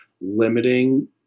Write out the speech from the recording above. limiting